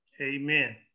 Amen